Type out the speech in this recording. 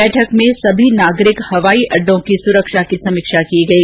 बैठक में सभी नागरिक हवाई अड्डों की सुरक्षा की समीक्षा की गई